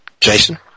Jason